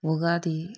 Ugadi